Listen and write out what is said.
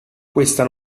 questa